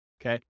okay